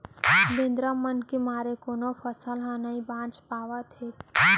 बेंदरा मन के मारे कोनो फसल ह नइ बाच पावत हे